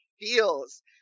feels